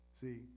See